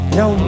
no